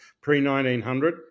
pre-1900